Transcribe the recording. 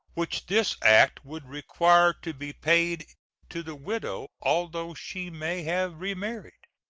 which this act would require to be paid to the widow, although she may have remarried.